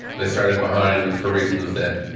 they started behind for reasons that,